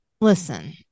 listen